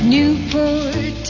Newport